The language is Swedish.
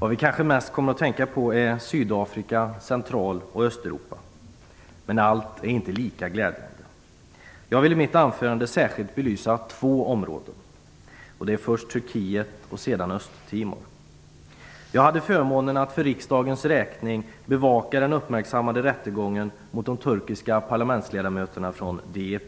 Vad vi kanske mest kommer att tänka på är Sydafrika, Central och Östeuropa. Men allt är inte lika glädjande. Jag vill i mitt anförande särskilt belysa två områden. Det är Turkiet och Östtimor. Jag hade förmånen att för riksdagens räkning bevaka den uppmärksammade rättegången mot de turkiska parlamentsledamöterna från partiet DEP.